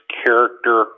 character